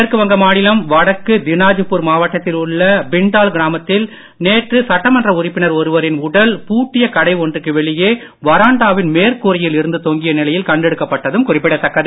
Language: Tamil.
மேற்கு வங்க மாநிலம் வடக்கு தினாஜ்பூர் மாவட்டத்தில் உள்ள பிண்டால் கிராமத்தில் நேற்று சட்டமன்ற உறுப்பினர் ஒருவரின் உடல் பூட்டிய கடை ஒன்றுக்கு வெளியே வராண்டாவின் மேற்கூரையில் இருந்து தொங்கிய நிலையில் கண்டெடுக்கப்பட்டதும் குறிப்பிடத்தக்கது